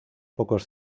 pocos